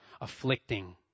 afflicting